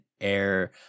air